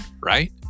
right